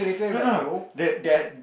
no no they they're